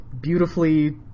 beautifully